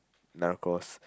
narcos